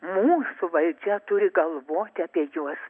mūsų valdžia turi galvoti apie juos